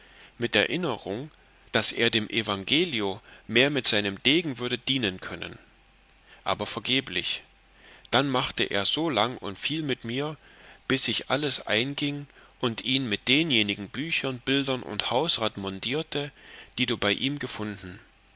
mit erinnerung daß er dem evangelio mehr mit seinem degen würde dienen können aber vergeblich dann er machte so lang und viel mit mir bis ich alles eingieng und ihn mit denjenigen büchern bildern und hausrat mondierte die du bei ihm gefunden